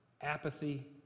apathy